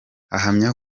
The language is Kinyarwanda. ahamya